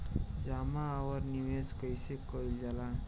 जमा और निवेश कइसे कइल जाला?